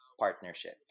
partnership